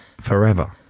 forever